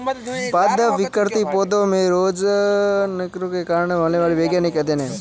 पादप विकृति पौधों में रोगजनकों के कारण होने वाले रोगों का वैज्ञानिक अध्ययन है